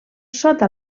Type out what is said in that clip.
sota